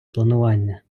планування